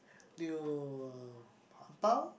new uh ang bao